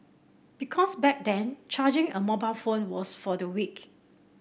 because back then charging a mobile phone was for the weak